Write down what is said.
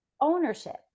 ownership